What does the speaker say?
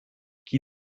qui